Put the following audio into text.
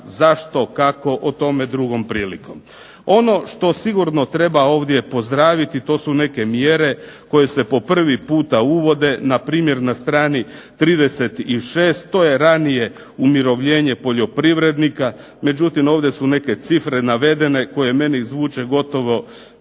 Zašto? Kako? O tome drugom prilikom. Ono što sigurno treba ovdje pozdraviti, to su neke mjere koje se po prvi puta uvode. Npr. na strani 36. to je ranije umirovljenje poljoprivrednika, međutim ovdje su neke cifre navedene koje meni zvuče gotovo